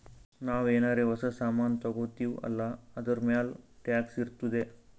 ನಾವು ಏನಾರೇ ಹೊಸ ಸಾಮಾನ್ ತಗೊತ್ತಿವ್ ಅಲ್ಲಾ ಅದೂರ್ಮ್ಯಾಲ್ ಟ್ಯಾಕ್ಸ್ ಇರ್ತುದೆ